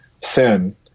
sin